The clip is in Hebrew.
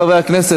חברי חברי הכנסת,